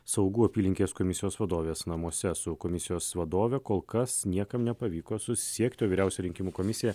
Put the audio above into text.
saugų apylinkės komisijos vadovės namuose su komisijos vadove kol kas niekam nepavyko susisiekti vyriausioji rinkimų komisija